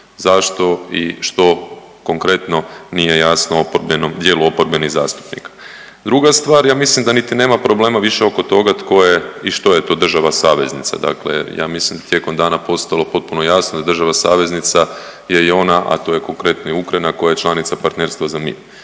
zašto i što konkretno nije jasno dijelu oporbenih zastupnika. Druga stvar, ja mislim da niti nema problema više oko toga tko je i što je to država saveznica. Dakle, ja mislim da je tijekom dana postalo potpuno jasno da država saveznica je i ona, a to je konkretno i Ukrajina koja je članica Partnerstva za mir.